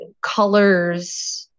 colors